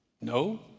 no